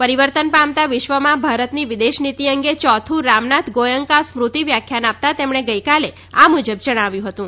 પરિવર્તન પામતાં વિશ્વમાં ભારતની વિદેશ નીતિ અંગે ચોથું રામનાથ ગોયંકા સ્મૃતિ વ્યાખ્યાન આપતાં તેમણે ગઈકાલે આ મુજબ જણાવ્યું હતું